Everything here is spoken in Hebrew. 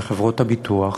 לחברות הביטוח,